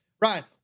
Ryan